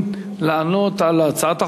בגין לענות על הצעת החוק.